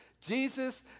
Jesus